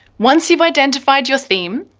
once you've identified your theme,